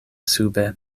sube